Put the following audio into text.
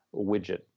widget